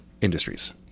industries